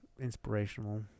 inspirational